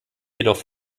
jedoch